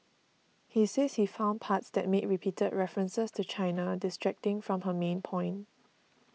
he says he found parts that made repeated references to China distracting from her main point